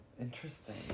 interesting